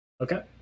Okay